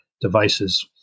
devices